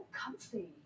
comfy